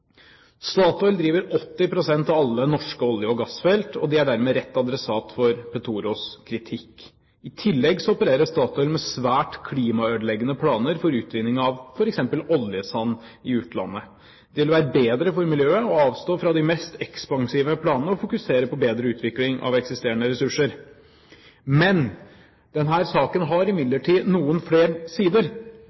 Statoil driver 80 pst. av alle norske olje- og gassfelt, og de er dermed rett adressat for Petoros kritikk. I tillegg opererer Statoil med svært klimaødeleggende planer for utvinning av f.eks. oljesand i utlandet. Det vil være bedre for miljøet å avstå fra de mest ekspansive planene, og fokusere på bedre utvikling av eksisterende ressurser. Denne saken har imidlertid noen flere sider.